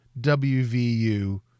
WVU